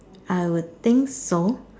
I would think so